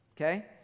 Okay